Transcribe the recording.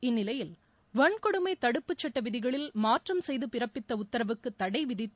இந்நிலையில் வன்கொடுமை தடுப்புச் சட்ட விதிகளில் மாற்றம் செய்து பிறப்பித்த உத்தரவுக்கு தடை விதித்து